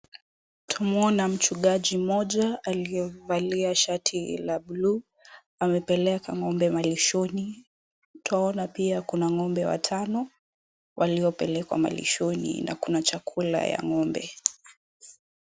Tunamuona mchungaji mmoja aliyevalia shati la buluu amepeleka ng'ombe malishoni. Twaona pia kuna ng'ombe watano waliopelekwa malishoni na kuna chakula ya ng'ombe.